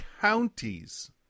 counties